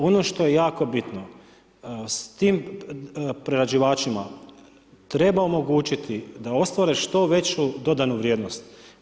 Ono što je jako bitno s tim prerađivačima, treba omogućiti da ostvare što veću dodanu vrijednost.